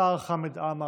השר חמד עמאר,